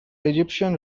egyptian